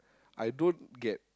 I don't get